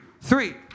three